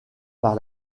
par